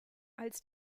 als